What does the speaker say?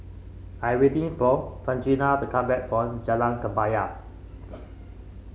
I'm waiting for Francina to come back from Jalan Kebaya